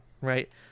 right